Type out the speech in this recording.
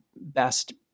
best